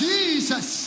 Jesus